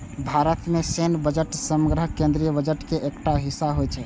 भारत मे सैन्य बजट समग्र केंद्रीय बजट के एकटा हिस्सा होइ छै